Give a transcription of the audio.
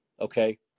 okay